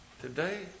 today